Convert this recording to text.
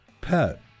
pet